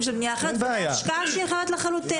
של בנייה אחרת והשקעה שהיא אחרת לחלוטין.